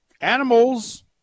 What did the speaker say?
Animals